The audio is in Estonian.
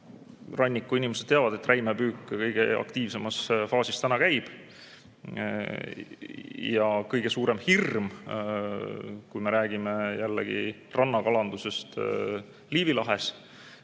Rannikuinimesed teavad, et räimepüük kõige aktiivsemas faasis täna käib. Ja kõige suurem hirm, kui me räägime jällegi rannakalandusest Liivi lahes,